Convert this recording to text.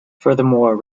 furthermore